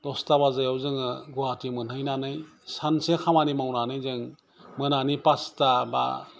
दसथा बाजियाव जोहो गवाहाटी मोनहैनानै सानसे खामानि मावनानै जों मोनानि पाचथा हबा